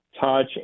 touch